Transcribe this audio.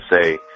say